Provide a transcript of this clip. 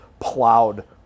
plowed